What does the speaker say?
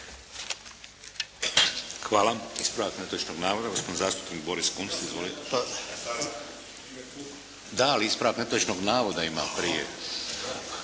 Hvala. Ispravak netočnog navoda gospodin zastupnik Boris Kunst. Izvolite. …/Upadica se ne čuje./… Da, ali ispravak netočnog navoda ima prije.